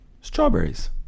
Strawberries